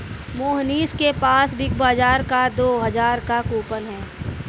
मोहनीश के पास Big Bazaar का दो हजार का कूपन है